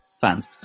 fans